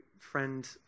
friend